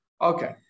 okay